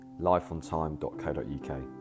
lifeontime.co.uk